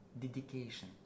dedication